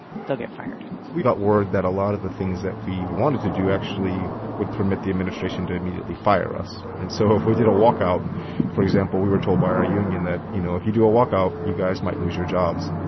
they'll get fired we got word that a lot of the things that we wanted to do actually would permit the administration to immediately fire us. and so if we did a walkout for example, we were told by our union that, you know, if you do a walkout, you guys might lose your jobs